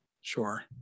Sure